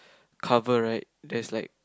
cover right there's like